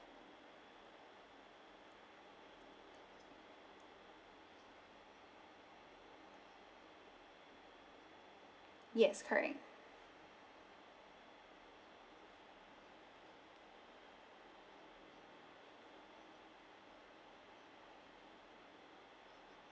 yes correct